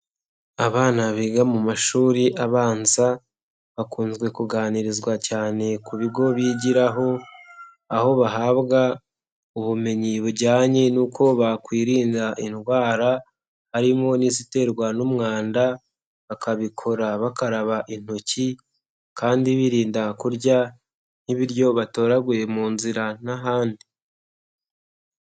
Abana biga mu mashuri abanza, bakunze kuganirizwa cyane ku bigo bigiraho, aho bahabwa ubumenyi bujyanye n'uko bakwirinda indwara, harimo n'iziterwa n'umwanda, bakabikora bakaraba intoki kandi birinda kurya nk'ibiryo batoraguye mu nzira n'ahandi.